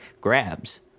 grabs